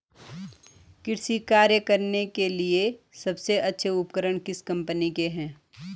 कृषि कार्य करने के लिए सबसे अच्छे उपकरण किस कंपनी के हैं?